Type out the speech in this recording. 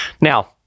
Now